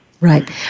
Right